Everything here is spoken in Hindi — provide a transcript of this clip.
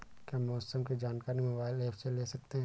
क्या मौसम की जानकारी मोबाइल ऐप से ले सकते हैं?